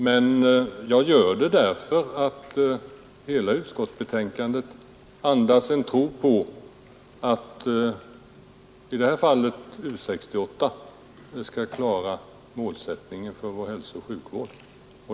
Men jag tar upp saken därför att hela utskottsbetänkandet andas en tro på att U 68 i det här fallet skall klara målsättningen för vår hälsooch sjukvård.